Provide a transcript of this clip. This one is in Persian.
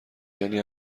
یعنی